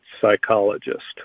psychologist